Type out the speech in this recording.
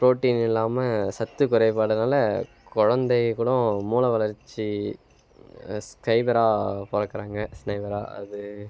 protein இல்லாமல் சத்து குறைபாடுனால குழந்தைகளும் மூளை வளர்ச்சி ஸ்கைவரா பார்க்குறாங்க ஸ்னைவரா அது